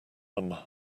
them